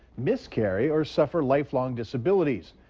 miscarry or suffer lifelong disabilities.